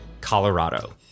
Colorado